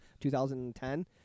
2010